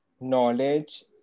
knowledge